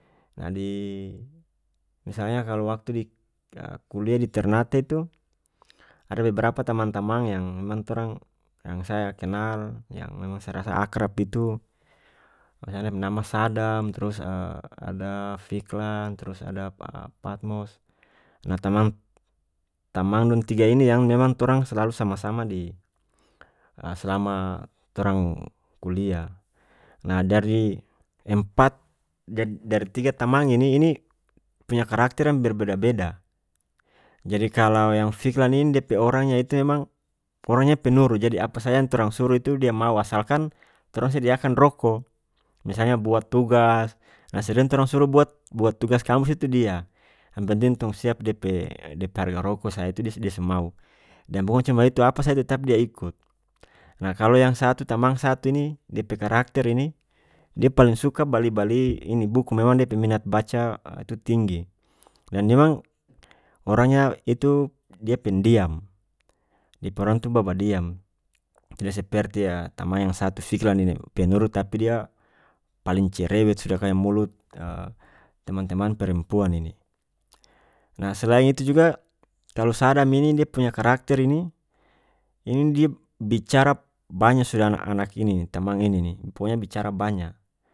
Nah di misalnya kalu waktu di kuliah di ternate itu ada beberapa tamang tamang yang memang torang yang saya kenal yang memang saya rasa akrab itu dia pe nama sadam trus ada fikran trus ada pa- patmos nah tamang- tamang dong tiga ini yang memang torang selalu sama-sama di selama torang kuliah nah dari empat dar- dari tiga tamang ini- ini punya karakter yang berbeda-beda jadi kalau yang fikran ini dia pe orangnya itu memang orangnya penurut jadi apa saja yang torang suru itu dia mau asalkan torang sediakan roko misalnya buat tugas nah sering torang suru buat- buat tugas kampus itu dia yang penting tong siap dia pe- dia pe harga roko saja itu dia- dia so mau deng bukan cuma itu apa saja tetap dia ikut nah kalu yang satu- tamang satu ini dia pe karakter ini dia paling suka bali bali ini buku memang dia pe minat baca itu tinggi dan memang orangnya itu dia pendiam dia pe orang itu babadiam tidak seperti tamang yang satu fikran ini penurut tapi dia paling cerewet sudah kaya mulut teman-teman perempuan ini nah selain itu juga kalu sadam ini dia punya karakter ini- ini dia bicara banya sudah anak ini tamang ini ni pokonya bicara banya.